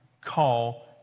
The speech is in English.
call